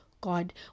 god